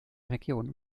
regionen